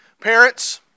Parents